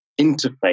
interface